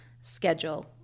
schedule